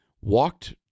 walked